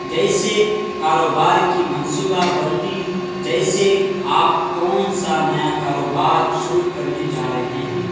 جیسے کاروبار کی منصوبہ بندی جیسے آپ کون سا نیا کاروبار شروع کرنے جا رہے ہیں